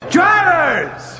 Drivers